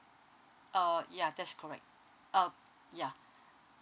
uh ya that's correct uh yeah